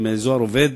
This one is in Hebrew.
עם זוהר עובד,